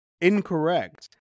Incorrect